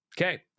Okay